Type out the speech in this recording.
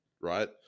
right